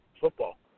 football